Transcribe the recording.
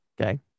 okay